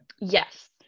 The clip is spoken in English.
Yes